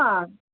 आम्